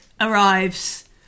arrives